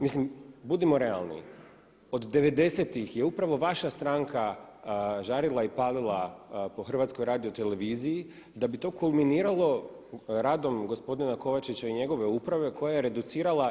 Mislim budimo realni od 90.tih je upravo vaša stranka žarila i palila po HRT-u da bi to kulminiralo radom gospodina Kovačića i njegove uprave koja je reducirala.